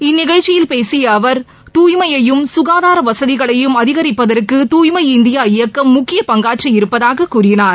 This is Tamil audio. இந்நிகழ்ச்சியில் பேசிய அவர் தூய்மையையும் சுகாதார வசதிகளையும் அதிகரிப்பதற்கு தூய்மை இந்தியா இயக்கம் முக்கிய பங்காற்றி இருப்பதாக கூறினார்